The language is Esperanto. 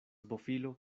bofilo